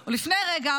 או לפני רגע,